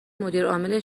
مدیرعامل